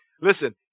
Listen